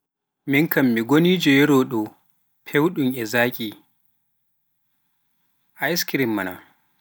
Min kam mi goniijo ynarrowa fewɓum e zaki, Askirim ma na.